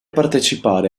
partecipare